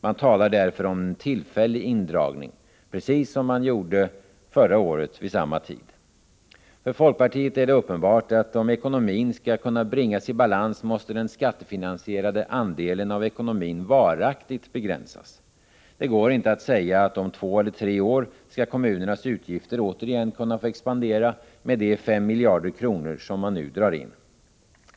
Man talar därför om en tillfällig indragning — precis som man gjorde förra året vid samma tidpunkt. För folkpartiet är det uppenbart att den skattefinansierade andelen av ekonomin varaktigt måste begränsas, om ekonomin skall kunna bringas i balans. Det går inte att säga att kommunernas utgifter om två eller tre år återigen skall kunna få expandera med de 5 miljarder kronor som nu dras in.